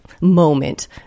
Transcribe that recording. moment